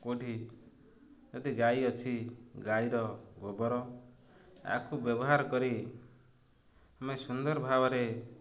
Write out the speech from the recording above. କେଉଁଠି ଯଦି ଗାଈ ଅଛି ଗାଈର ଗୋବର ଆକୁ ବ୍ୟବହାର କରି ଆମେ ସୁନ୍ଦର ଭାବରେ